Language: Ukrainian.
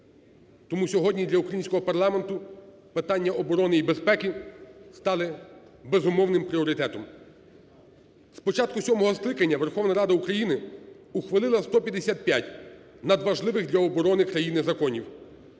Тому сьогодні для українського парламенту питання оборони і безпеки стали безумовним пріоритетом. З початку сьомого скликання Верховна Рада України ухвалила 155 надважливих для оборони країни законів.